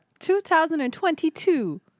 2022